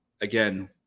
Again